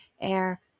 air